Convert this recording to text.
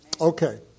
Okay